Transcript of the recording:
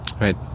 right